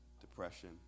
depression